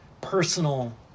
personal